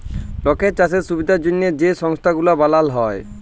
লকের চাষের সুবিধার জ্যনহে যে সংস্থা গুলা বালাল হ্যয়